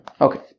Okay